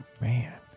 Man